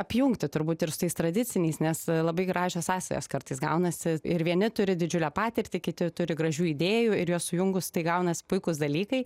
apjungti turbūt ir su tais tradiciniais nes labai gražios sąsajos kartais gaunasi ir vieni turi didžiulę patirtį kiti turi gražių idėjų ir juos sujungus tai gaunas puikūs dalykai